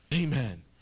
Amen